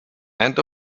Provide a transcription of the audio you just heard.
and